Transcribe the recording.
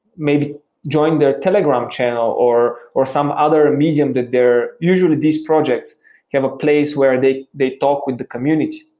maybe join their telegram channel, or or some other medium that they're usually these projects have a place where they they talk with the community.